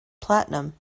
platinum